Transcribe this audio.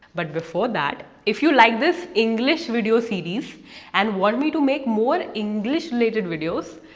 but before that, if you like this english video series and want me to make more english-related videos,